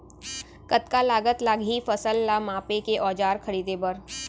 कतका लागत लागही फसल ला मापे के औज़ार खरीदे बर?